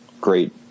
great